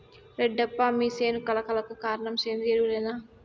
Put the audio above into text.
రెడ్డప్ప మీ సేను కళ కళకు కారణం సేంద్రీయ ఎరువులేనా